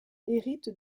hérite